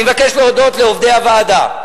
אני מבקש להודות לעובדי הוועדה,